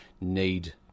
need